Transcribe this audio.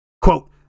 Quote